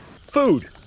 Food